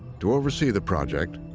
to oversee the project,